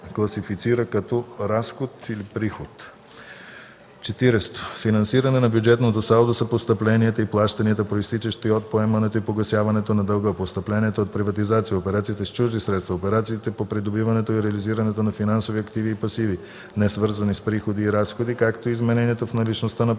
класифицира като разход/приход. 40. „Финансиране на бюджетното салдо” са постъпленията и плащанията, произтичащи от: поемането и погасяването на дълга, постъпленията от приватизация, операциите с чужди средства, операциите по придобиването и реализирането на финансови активи и пасиви, несвързани с приходи и разходи, както и изменението в наличността на паричните